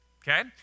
Okay